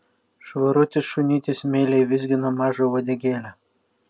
švarutis šunytis meiliai vizgino mažą uodegėlę